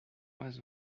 was